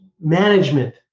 management